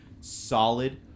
Solid